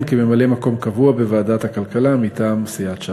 כממלא-מקום קבוע בוועדת הכלכלה מטעם סיעת ש"ס.